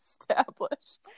established